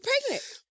pregnant